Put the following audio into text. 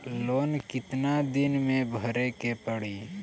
Loan कितना दिन मे भरे के पड़ी?